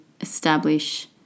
establish